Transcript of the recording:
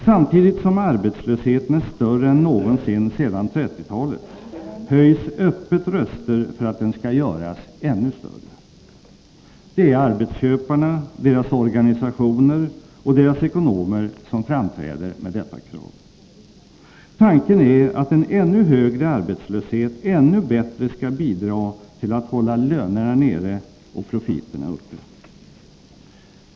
Samtidigt som arbetslösheten är större än någonsin sedan 1930-talet, höjs öppet röster för att den skall göras ännu större. Det är arbetsköparna, deras organisationer och deras ekonomer som framträder med detta krav. Tanken är att en ännu högre arbetslöshet ännu bättre skall bidra till att hålla lönerna nere och profiterna uppe.